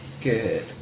Good